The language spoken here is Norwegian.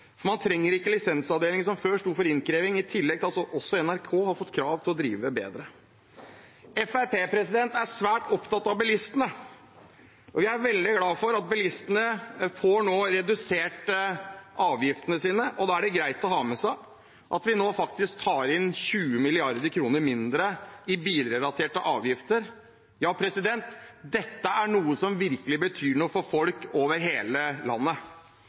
Man trenger ikke lenger lisensavdelingen for innkreving. I tillegg har NRK fått krav om å drive bedre. Fremskrittspartiet er svært opptatt av bilistene. Vi er veldig glad for at bilistene nå får redusert avgiftene sine, og da er det greit å ha med seg at vi nå tar inn 20 mrd. kr mindre i bilrelaterte avgifter. Ja, dette er noe som virkelig betyr noe for folk over hele landet.